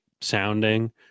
sounding